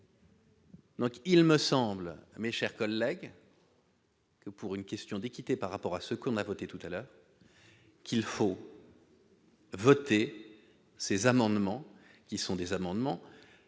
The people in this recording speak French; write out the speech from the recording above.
Il me semble, mes chers collègues. Pour une question d'équité par rapport à ce qu'on a voté tout à l'heure qu'il faut. Voter ces amendements, qui sont des amendements